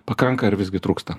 pakanka ar visgi trūksta